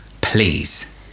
Please